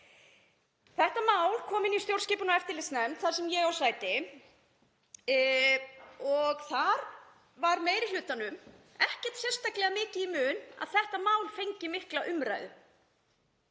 Þetta mál kom inn í stjórnskipunar- og eftirlitsnefnd þar sem ég á sæti. Þar var meiri hlutanum ekkert sérstaklega mikið í mun að þetta mál fengi mikla umræðu.